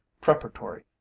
preparatory